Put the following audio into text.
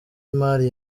imari